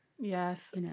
Yes